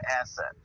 asset